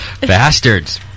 Bastards